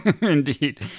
Indeed